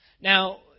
Now